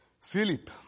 Philip